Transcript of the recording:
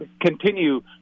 continue